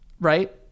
right